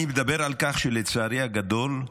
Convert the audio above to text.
אני מדבר על כך שלצערי הגדול,